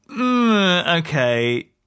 okay